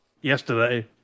yesterday